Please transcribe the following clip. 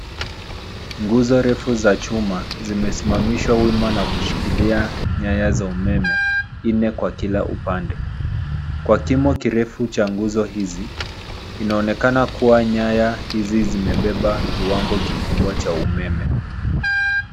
Nguzo refu za chuma zimesimamishwa wima na kushikilia nyaya za umeme nne kwa kila upande. Kwa kimo kirefu cha nguzo hizi inaonekana kuwa nyaya hizi zimebeba kiwango kikubwa cha umeme.